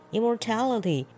Immortality